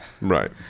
Right